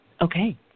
Okay